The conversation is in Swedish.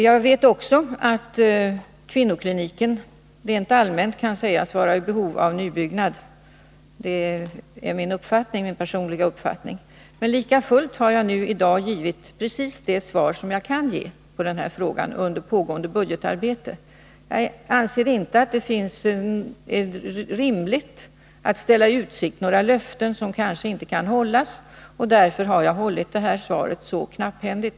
Jag vet också att man rent allmänt kan säga att kvinnokliniken är i behov av en ny byggnad, det är min personliga uppfattning, men likafullt har jag i dag givit precis det svar som jag under pågående budgetarbete kan ge på den här frågan. Jag anser inte att det är rimligt att ställa i utsikt några löften som kanske inte kan hållas. Därför har också svaret blivit knapphändigt.